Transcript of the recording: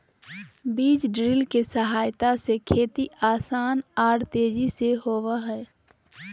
बीज ड्रिल के सहायता से खेती आसान आर तेजी से होबई हई